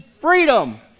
freedom